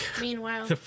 Meanwhile